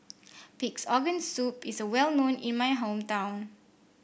Pig's Organ Soup is well known in my hometown